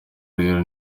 rero